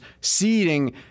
seeding